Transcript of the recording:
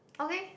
okay